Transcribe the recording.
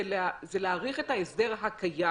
זה להאריך את ההסדר הקיים